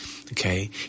okay